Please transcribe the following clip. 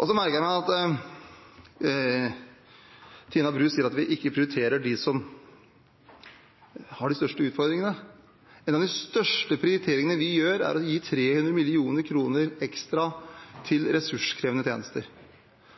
Så merker jeg meg at Tina Bru sier at vi ikke prioriterer dem som har de største utfordringene. En av de største prioriteringene vi gjør, er å gi 300 mill. kr ekstra til ressurskrevende tjenester,